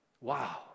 Wow